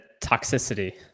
toxicity